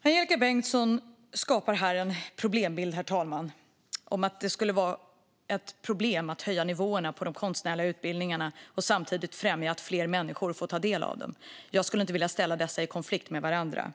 Herr talman! Angelika Bengtsson målar här upp en bild av att det skulle vara ett problem att höja nivån på de konstnärliga utbildningarna och samtidigt främja att fler människor får ta del av dem. Jag skulle inte vilja ställa dessa saker i konflikt med varandra.